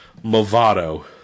Movado